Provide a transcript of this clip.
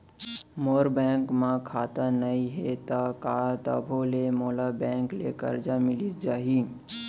मोर bank म खाता नई हे त का तभो ले मोला बैंक ले करजा मिलिस जाही?